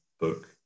book